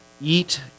eat